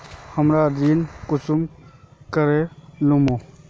हमरा ऋण कुंसम करे लेमु?